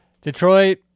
Detroit